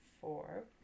four